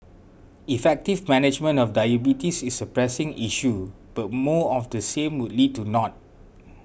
effective management of diabetes is a pressing issue but more of the same would lead to naught